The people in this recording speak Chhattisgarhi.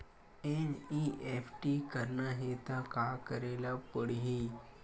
एन.ई.एफ.टी करना हे त का करे ल पड़हि?